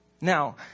now